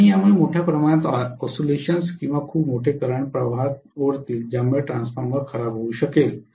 आणि यामुळे मोठ्या प्रमाणात ओसिलेशन्स किंवा खूप मोठे करंट प्रवाहात ओढतील ज्यामुळे ट्रान्सफॉर्मर खराब होऊ शकेल